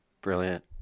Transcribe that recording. Brilliant